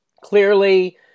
clearly